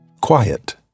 quiet